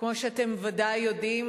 כמו שאתם ודאי יודעים,